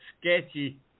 sketchy